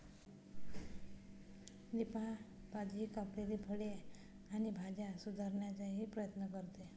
निफा, ताजी कापलेली फळे आणि भाज्या सुधारण्याचाही प्रयत्न करते